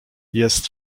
jest